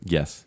Yes